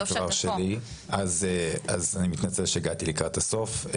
אז אני מתנצל שהגעתי לקראת הסוף.